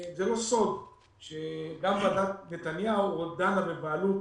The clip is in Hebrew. זה לא סוד שגם ועדת נתניהו עוד דנה בבעלות